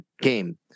game